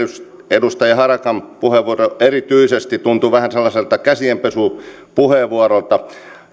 edustaja harakan puheenvuoro erityisesti tuntuivat vähän sellaisilta käsienpesupuheenvuoroilta